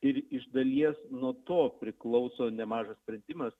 ir iš dalies nuo to priklauso nemažas sprendimas